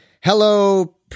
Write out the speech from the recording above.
Hello